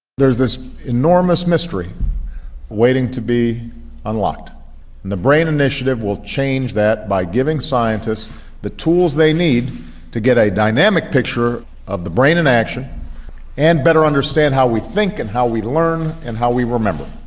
there is this enormous mystery waiting to be unlocked, and the brain initiative will change that by giving scientists the tools they need to get a dynamic picture of the brain in action and better understand how we think and how we learn and how we remember.